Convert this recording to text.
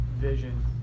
vision